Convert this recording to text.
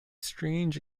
strange